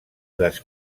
les